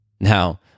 Now